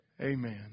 amen